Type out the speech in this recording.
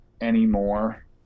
anymore